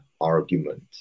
argument